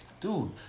Dude